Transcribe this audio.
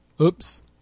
Oops